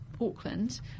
Auckland